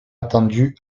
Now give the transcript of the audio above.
attendu